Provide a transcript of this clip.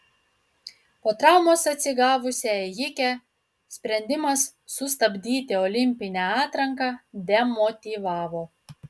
po traumos atsigavusią ėjikę sprendimas sustabdyti olimpinę atranką demotyvavo